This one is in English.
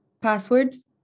passwords